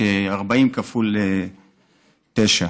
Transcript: ארבעים כפול תשע.